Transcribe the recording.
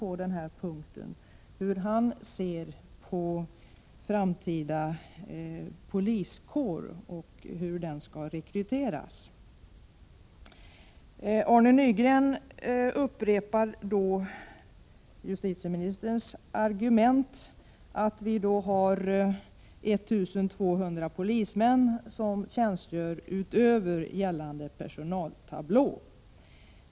Hur ser han på frågan om rekryteringen av den framtida poliskåren? Arne Nygren upprepar justitieministerns argument att vi har 1200 polismän som tjänstgör utöver gällande personaltablå.